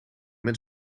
met